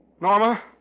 Norma